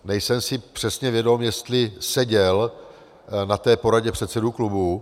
Nejsem si přesně vědom, jestli seděl na té poradě předsedů klubů?